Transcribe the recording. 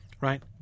Right